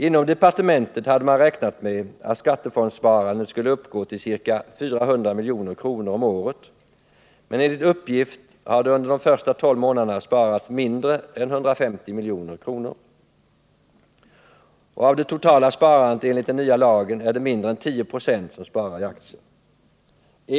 Inom departementet hade man räknat med att skattefondsparandet skulle uppgå till ca 400 milj.kr. om året, men enligt uppgift har det under de första tolv månaderna sparats mindre än 150 milj.kr. Av det totala sparandet enligt den nya lagen är mindre än 10 96 aktiesparande.